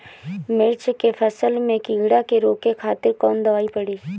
मिर्च के फसल में कीड़ा के रोके खातिर कौन दवाई पड़ी?